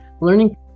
learning